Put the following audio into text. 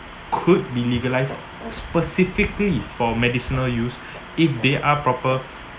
could be legalised specifically for medicinal use if they are proper